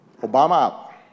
Obama